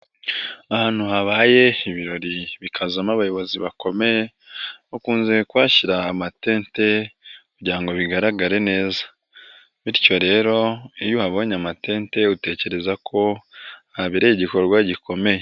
Ahantu habaye ibirori bikazamo abayobozi bakomeye, bakunze kuhashyira amatente kugira ngo bigaragare neza bityo rero iyo uhabonye amatente utekereza ko habereye igikorwa gikomeye.